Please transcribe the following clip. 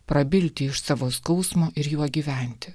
prabilti iš savo skausmo ir juo gyventi